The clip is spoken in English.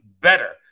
better